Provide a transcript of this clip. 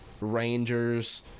Rangers